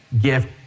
gift